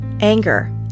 anger